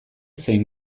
zein